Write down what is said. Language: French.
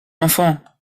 enfant